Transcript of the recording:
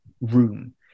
room